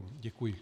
Děkuji.